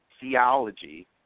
theology